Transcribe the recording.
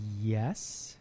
yes